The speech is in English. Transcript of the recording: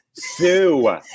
Sue